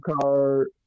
card